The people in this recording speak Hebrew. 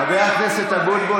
חבר הכנסת אבוטבול,